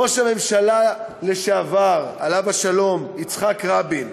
ראש הממשלה לשעבר, עליו השלום, יצחק רבין,